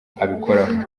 abikoraho